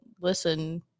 listen